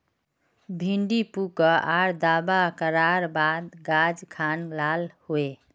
भिन्डी पुक आर दावा करार बात गाज खान लाल होए?